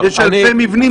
יש אלפי מבנים.